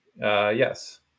yes